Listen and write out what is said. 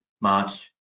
March